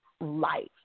life